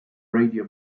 radio